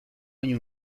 año